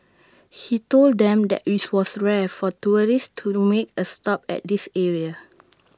he told them that IT was rare for tourists to make A stop at this area